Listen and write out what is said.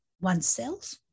oneself